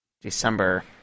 December